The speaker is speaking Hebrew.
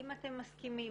אם אתם מסכימים,